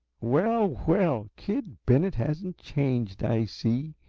well, well! kid bennett hasn't changed, i see.